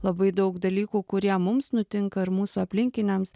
labai daug dalykų kurie mums nutinka ir mūsų aplinkiniams